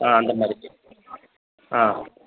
ஆ அந்தமாதிரிக்கே